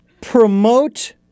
promote